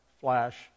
flash